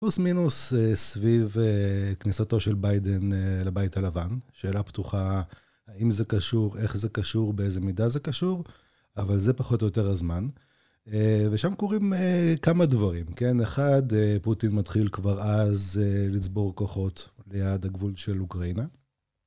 פוס מינוס סביב כניסתו של ביידן לבית הלבן. שאלה פתוחה, האם זה קשור, איך זה קשור, באיזה מידה זה קשור, אבל זה פחות או יותר הזמן. ושם קורים כמה דברים, כן? אחד, פוטין מתחיל כבר אז לצבור כוחות ליד הגבול של אוקראינה.